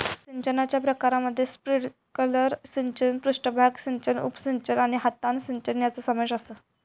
सिंचनाच्या प्रकारांमध्ये स्प्रिंकलर सिंचन, पृष्ठभाग सिंचन, उपसिंचन आणि हातान सिंचन यांचो समावेश आसा